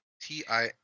T-I-